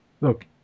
look